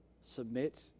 submit